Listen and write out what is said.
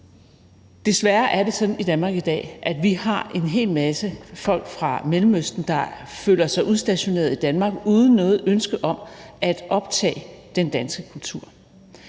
Desværre er det sådan i Danmark i dag, at vi har en hel masse folk fra Mellemøsten, der føler sig udstationeret i Danmark uden noget ønske om at optage den danske kultur.